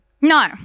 No